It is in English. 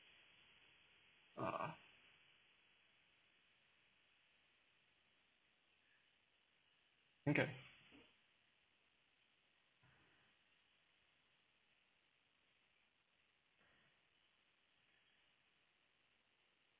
uh okay